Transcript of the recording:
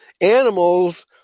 animals